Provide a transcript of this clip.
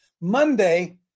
Monday